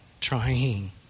trying